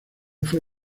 fue